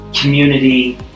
community